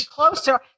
Closer